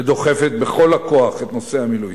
שדוחפת בכל הכוח את נושא המילואים,